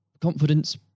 confidence